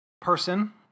person